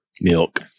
Milk